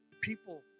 people